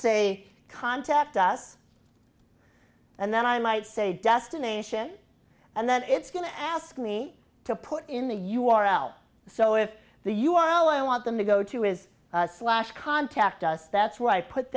say contact us and then i might say destination and that it's going to ask me to put in the u r l so if the u r l i want them to go to is slash contact us that's where i put